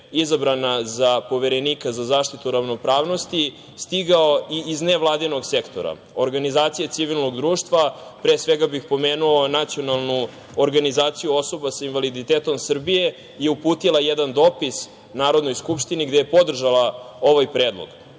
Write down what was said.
izabrana za Poverenika za zaštitu ravnopravnosti stigao i iz nevladinog sektora, organizacija civilnog društva, pre svega bih pomenuo Nacionalnu organizaciju osoba sa invaliditetom Srbije koja je uputila jedan dopis Narodnoj skupštini gde je podržala ovaj predlog.Za